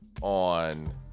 on